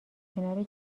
کنار